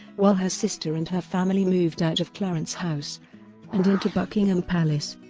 while her sister and her family moved out of clarence house and into buckingham palace.